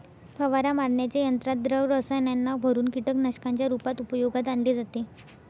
फवारा मारण्याच्या यंत्रात द्रव रसायनांना भरुन कीटकनाशकांच्या रूपात उपयोगात आणले जाते